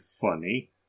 funny